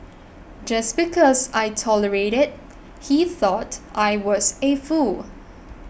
just because I tolerated he thought I was a fool